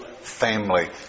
family